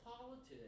politics